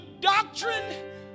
doctrine